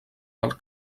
del